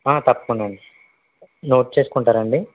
తప్పకుండా అండి నోట్ చేసుకుంటారా అండి